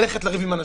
ללכת לריב עם אנשים,